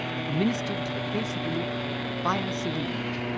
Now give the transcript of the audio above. administered to the base of the neck via syringe.